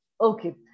okay